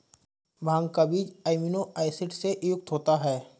भांग का बीज amino acid से युक्त होता है